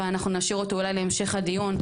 אבל אנחנו נשאיר אותו אולי להמשך הדיון.